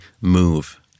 move